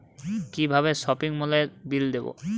কিভাবে সপিং মলের বিল দেবো?